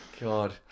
God